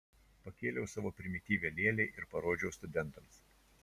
pakėliau savo primityvią lėlę ir parodžiau studentams